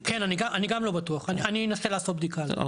כן, אני גם לא בטוח, אני אנסה לעשות בדיקה על זה.